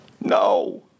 No